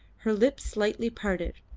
her lips slightly parted,